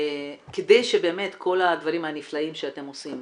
כדי שבאמת כל הדברים הנפלאים שאתם עושים